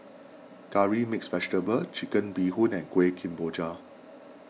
Curry Mixed Vegetable Chicken Bee Hoon and Kuih Kemboja